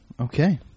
Okay